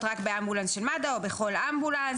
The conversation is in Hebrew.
רק באמבולנס של מד"א או בכל האמבולנסים.